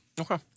Okay